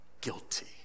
guilty